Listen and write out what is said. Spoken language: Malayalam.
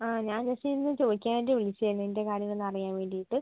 ആ ഞാൻ ജസ്റ്റ് ഇതൊന്നു ചോദിക്കാൻ വേണ്ടി വിളിച്ചതായിരുന്നു ഇതിൻ്റെ കാര്യങ്ങളൊന്നറിയാൻ വേണ്ടീട്ട്